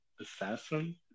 assassin